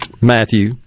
Matthew